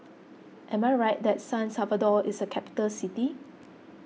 am I right that San Salvador is a capital city